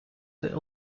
the